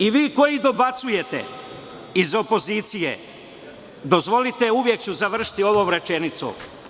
I vi koji dobacujete iz opozicije, dozvolite uvek ću završiti ovom rečenicom.